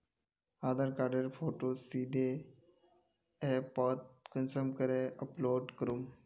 आधार कार्डेर फोटो सीधे ऐपोत कुंसम करे अपलोड करूम?